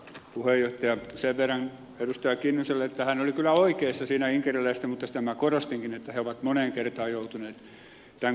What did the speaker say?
kimmo kiljuselle että hän oli kyllä oikeassa inkeriläisistä mutta sitä minä korostinkin että he ovat moneen kertaan joutuneet tämän kokemaan